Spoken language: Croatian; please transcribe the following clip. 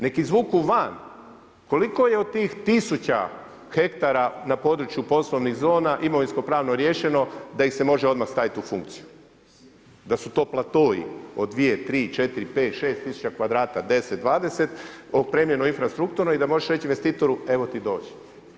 Nek' izvuku van koliko je od tih tisuća hektara na području poslovnih zona imovinsko-pravno riješeno da ih se može odmah staviti u funkciju, da su to platoi od 2, 3, 4, 5, 6 tisuća kvadrata, 10, 20, opremljeno infrastrukturno i da možeš reći investitoru evo ti, dođi.